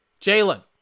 Jalen